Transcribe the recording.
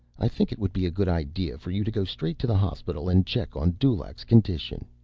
i think it would be a good idea for you to go straight to the hospital and check on dulaq's condition.